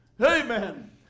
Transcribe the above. Amen